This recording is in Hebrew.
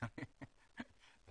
כולנו מקווים, תמר, כולנו מקווים.